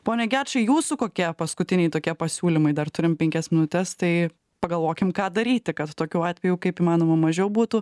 pone gečai jūsų kokie paskutiniai tokie pasiūlymai dar turim penkias minutes tai pagalvokim ką daryti kad tokių atvejų kaip įmanoma mažiau būtų